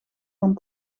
van